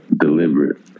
deliberate